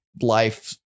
life